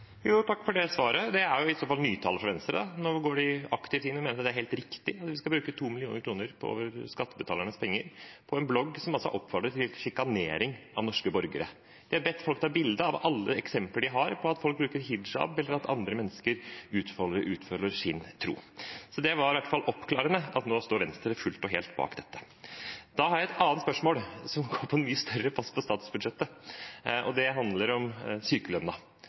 Takk for det svaret. Det er i så fall nytale fra Venstre. Nå går de aktivt inn og mener det er helt riktig at de skal bruke 2 mill. kr av skattebetalernes penger på en blogg som oppfordrer til sjikanering av norske borgere. De har bedt folk ta bilde av alle eksempler de har på at folk bruker hijab, eller at andre mennesker utøver sin tro. Så det var i hvert fall oppklarende at nå står Venstre fullt og helt bak dette. Da har jeg et annet spørsmål, som går på en mye større post på statsbudsjettet. Det handler om